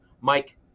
Mike